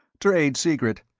trade secret.